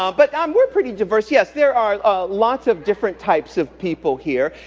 um but um we're pretty diverse. yes, there are ah lots of different types of people here.